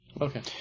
Okay